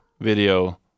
video